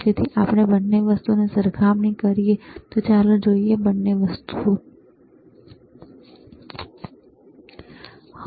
તેથી જો આપણે બંને વસ્તુઓની સરખામણી કરીએ તો ચાલો જોઈએ બંને વસ્તુઓ જોઈએ